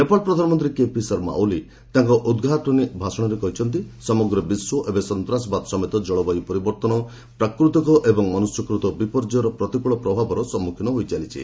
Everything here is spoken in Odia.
ନେପାଳ ପ୍ରଧାନମନ୍ତ୍ରୀ କେପି ଶର୍ମା ଓଲି ତାଙ୍କର ଉଦ୍ଘାଟନୀ ଭାଷଣରେ କହିଛନ୍ତି ସମଗ୍ର ବିଶ୍ୱ ଏବେ ସନ୍ତ୍ରାସବାଦ ସମେତ ଜଳବାୟୁ ପରିବର୍ତ୍ତନ ପ୍ରାକୃତିକ ଏବଂ ମନୁଷ୍ୟକୃତ ବିପର୍ଯ୍ୟୟର ପ୍ରତିକୃଳ ପ୍ରଭାବର ସମ୍ମୁଖୀନ ହୋଇ ଚାଲିଛି